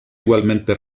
igualmente